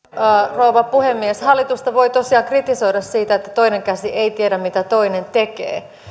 rouva puhemies hallitusta voi tosiaan kritisoida siitä että toinen käsi ei tiedä mitä toinen tekee